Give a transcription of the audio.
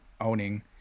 owning